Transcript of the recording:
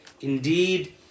Indeed